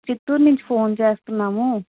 చిత్తూరు నుంచి ఫోన్ చేస్తున్నాము